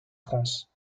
france